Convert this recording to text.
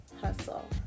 hustle